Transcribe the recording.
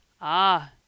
Ah